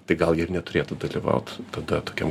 tai gal jie ir neturėtų dalyvaut tada tokiam